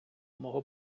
мого